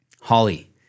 Holly